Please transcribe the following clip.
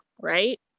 right